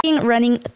running